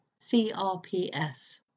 CRPS